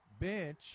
bench